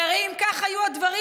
שהרי אם כך היו הדברים,